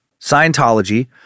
Scientology